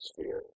sphere